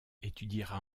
étudiera